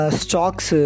stocks